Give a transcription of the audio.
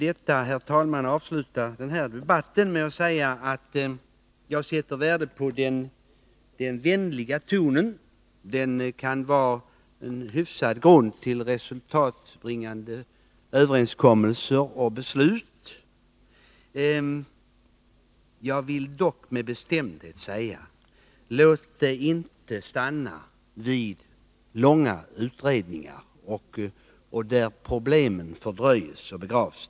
Jag vill avsluta denna debatt med att säga att jag sätter värde på den vänliga tonen. Den kan vara en hygglig grund för resultatbringande överenskommelser och beslut. Jag vill dock med bestämdhet säga: Låt det inte stanna vid långa utredningar, där problemen fördröjs och begravs!